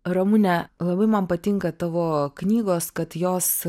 ramune labai man patinka tavo knygos kad jos